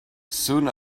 soon